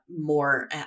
more